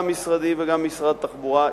גם משרדי וגם משרד התחבורה,